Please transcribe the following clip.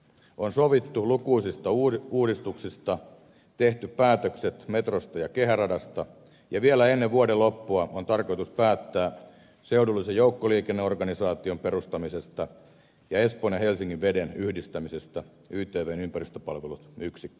on sovittu lukuisista uudistuksista tehty päätökset metrosta ja kehäradasta ja vielä ennen vuoden loppua on tarkoitus päättää seudullisen joukkoliikenneorganisaation perustamisesta ja espoon ja helsingin veden yhdistämisestä ytvn ympäristöpalvelut yksikköön